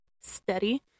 steady